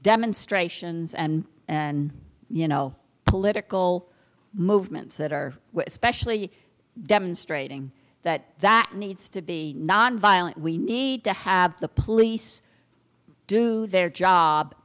demonstrations and and you know political movements that are especially demonstrating that that needs to be nonviolent we need to have the police do their job